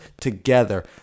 together